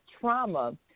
trauma